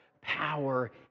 power